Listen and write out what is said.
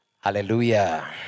Hallelujah